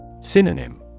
Synonym